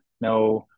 no